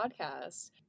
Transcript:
podcast